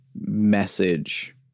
message